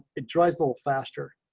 it dries little faster.